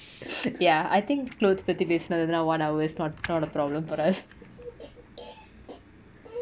ya I think clothes பத்தி பேசுனது:pathi pesunathu lah one hour is not a problem for us